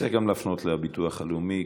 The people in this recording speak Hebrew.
צריך להפנות גם לביטוח הלאומי,